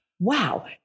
wow